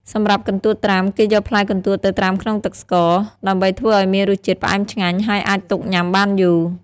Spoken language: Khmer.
សម្រាប់កន្ទួតត្រាំ គេយកផ្លែកន្ទួតទៅត្រាំក្នុងទឹកស្ករ ដើម្បីធ្វើឲ្យមានរសជាតិផ្អែមឆ្ងាញ់ ហើយអាចទុកញ៉ាំបានយូរ។